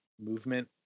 movement